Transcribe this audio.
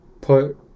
put